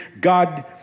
God